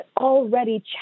already